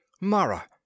Mara